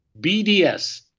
bds